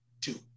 two